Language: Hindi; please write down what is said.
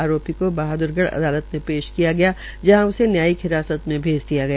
आरोपी को बहादुरगढ़ अदालत में पेश किया गया जहां उसे न्यायिक हिरासत में भैज दिया गया